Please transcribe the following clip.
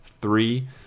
three